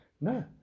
no